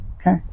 Okay